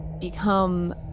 become